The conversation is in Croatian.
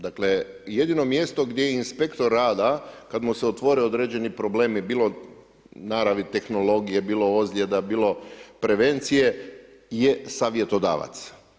Dakle, jedino mjesto gdje inspektor rada, kada mu se otvore određeni problemi, bilo na naravi tehnologije, bilo ozljeda, bilo prevencije, je savjetodavac.